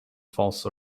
false